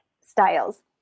styles